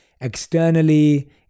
externally